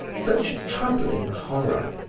such troubling horror.